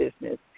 business